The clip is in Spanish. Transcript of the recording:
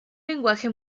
lenguaje